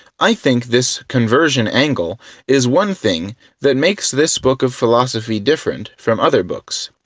i think this conversion angle is one thing that makes this book of philosophy different from other books.